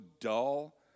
dull